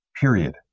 period